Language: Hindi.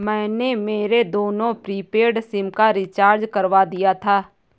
मैंने मेरे दोनों प्रीपेड सिम का रिचार्ज करवा दिया था